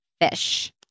fish